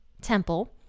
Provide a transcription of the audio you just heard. temple